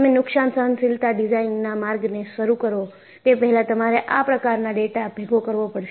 તમે નુકશાન સહનશીલતા ડિઝાઇનના માર્ગને શરૂ કરો તે પહેલાં તમારે આ પ્રકારનો ડેટા ભેગો કરવો પડશે